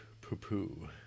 Poo-poo